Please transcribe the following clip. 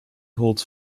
holds